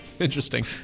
interesting